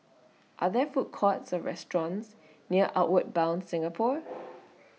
Are There Food Courts Or restaurants near Outward Bound Singapore